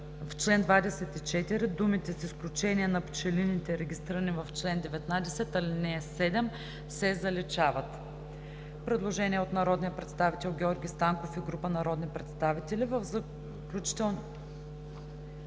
в чл. 24 думите „с изключение на пчелините, регистрирани по чл. 19, ал. 7“ се заличават.“ Предложение от народния представител Георги Станков и група народни представители: „В Заключителните